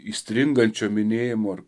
įstringančio minėjimo ar